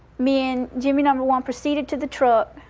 me and jimmy number one proceeded to the truck,